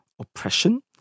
oppression